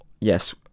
yes